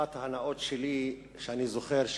אחת ההנאות שלי שאני זוכר היא,